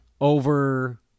over